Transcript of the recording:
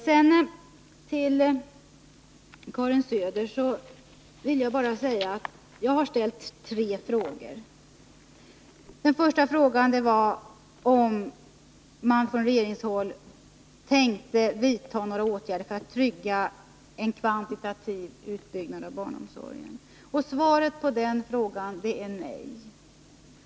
Jag har ställt tre frågor till Karin Söder. Den första frågan var om socialministern tänkte vidta några åtgärder för att trygga en kvantitativt hög utbyggnad av barnomsorgen. Svaret på den frågan är nej.